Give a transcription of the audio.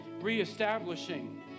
reestablishing